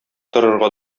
торырга